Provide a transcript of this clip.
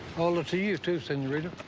hola to you, too, senorita.